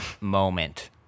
moment